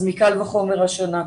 קל וחומר השנה.